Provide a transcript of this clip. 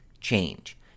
change